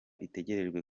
itegerejwe